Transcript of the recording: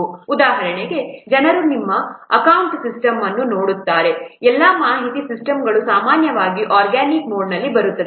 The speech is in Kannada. ಉದಾಹರಣೆಗೆ ಜನರು ನಿಮ್ಮ ಅಕೌಂಟ್ ಸಿಸ್ಟಮ್ ಅನ್ನು ನೋಡುತ್ತಾರೆ ಎಲ್ಲಾ ಮಾಹಿತಿ ಸಿಸ್ಟಮ್ಗಳು ಸಾಮಾನ್ಯವಾಗಿ ಆರ್ಗ್ಯಾನಿಕ್ ಮೋಡ್ ಅಲ್ಲಿ ಬರುತ್ತವೆ